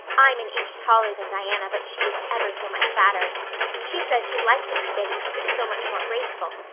i'm an inch taller than diana, but she is ever so much fatter she says she'd like to be thin because it's so much more graceful,